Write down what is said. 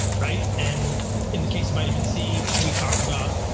right? and in the case of vitamin c, we talked about,